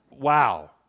Wow